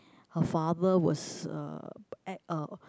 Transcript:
her father was uh at a